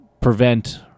prevent